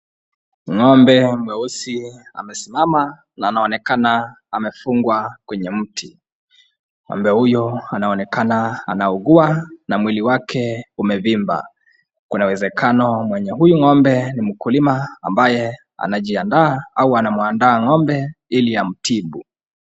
Ng'ombe mweusi amesimama na anaonekana amefungwa kwenye miti. Ng'ombe huyo anaonekana anaugua na mwili wake umevimba. Kuna uwezekano mwenye hii ng'ombe ni mkulima ambaye anajiandaa au anamuandaa ng'ombe ili amtibu.